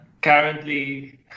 currently